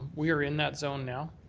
we're in that zone now.